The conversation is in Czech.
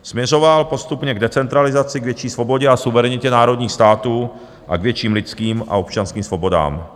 Směřoval postupně k decentralizaci, k větší svobodě a suverenitě národních států a k větším lidským a občanským svobodám.